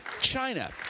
China